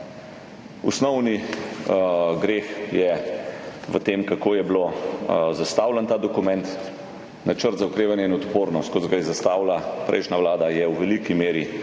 osnovni greh je v tem, kako je bil zastavljen ta dokument. Načrt za okrevanje in odpornost, kot ga je zastavila prejšnja vlada, je v veliki meri